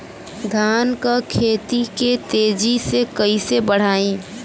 धान क खेती के तेजी से कइसे बढ़ाई?